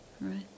Right